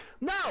No